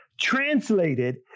translated